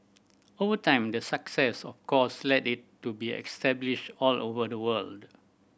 over time the success of course led it to be established all over the world